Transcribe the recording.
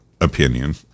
opinion